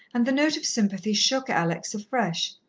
and the note of sympathy shook alex afresh.